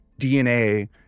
DNA